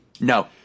No